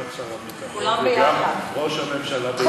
גם את שר הביטחון וגם את ראש הממשלה ביחד?